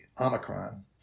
Omicron